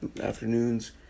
afternoons